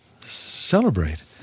Celebrate